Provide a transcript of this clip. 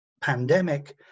pandemic